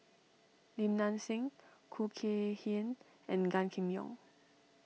Lim Nang Seng Khoo Kay Hian and Gan Kim Yong